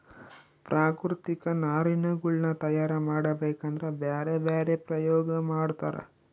ಪ್ರಾಕೃತಿಕ ನಾರಿನಗುಳ್ನ ತಯಾರ ಮಾಡಬೇಕದ್ರಾ ಬ್ಯರೆ ಬ್ಯರೆ ಪ್ರಯೋಗ ಮಾಡ್ತರ